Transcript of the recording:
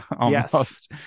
Yes